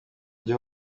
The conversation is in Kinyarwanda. jya